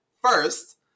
first